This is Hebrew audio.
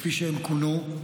כפי שהן כונו,